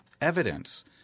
evidence